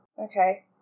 Okay